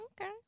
Okay